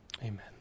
amen